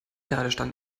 ladestand